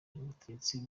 ubutegetsi